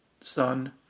sun